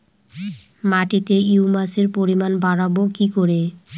মাটিতে হিউমাসের পরিমাণ বারবো কি করে?